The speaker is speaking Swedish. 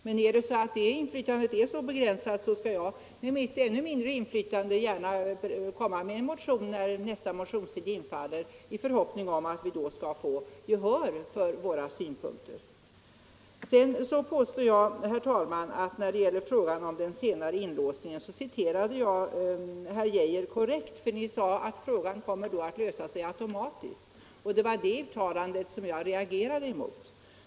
Men om det inflytandet är så begränsat skall jag med mitt ännu mindre inflytande gärna komma med en motion när nästa motionstid infaller i förhoppningen att vi då får gehör för våra synpunkter. När det gäller frågan om den senare inlåsningen citerade jag herr Geijer korrekt, för ni sade att frågan kommer att lösa sig automatiskt genom förskjutningen från slutna till öppna anstalter. Det var det uttalandet jag reagerade mot.